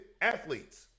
athletes